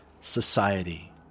society